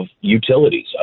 utilities